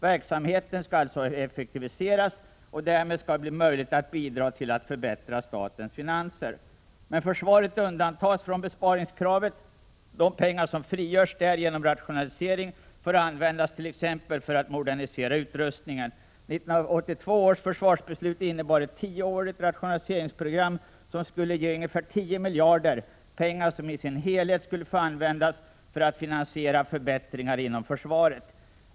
Verksamheten skall alltså effektiviseras, och därmed skall det bli möjligt att bidra till att förbättra statens finanser. Men försvaret undantas från besparingskravet. De pengar som frigörs där genom rationalisering får användas t.ex. för att modernisera utrustningen. 1982 års försvarsbeslut innebar ett tioårigt rationaliseringsprogram som skulle ge ungefär 10 miljarder — pengar som i sin helhet skulle få användas för att finansiera förbättringar inom försvaret.